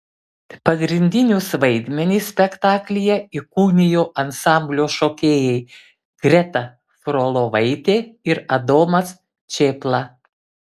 pagrindinius vaidmenis spektaklyje įkūnijo ansamblio šokėjai greta frolovaitė ir adomas čėpla